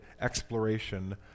exploration